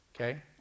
Okay